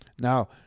Now